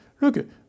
Look